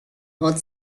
هات